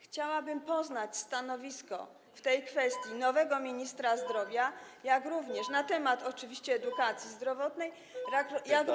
Chciałabym poznać stanowisko w tej kwestii nowego ministra zdrowia, jak również na temat oczywiście edukacji zdrowotnej, a także apeluję.